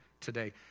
today